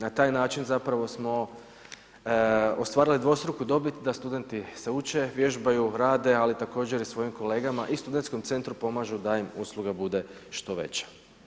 Na taj način zapravo smo, ostvarili dvostruku dobit da studenti se uče, vježbaju, rade ali također i svojim kolegama i studentskom centru pomažu da im usluga bude što veća.